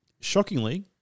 shockingly